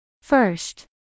First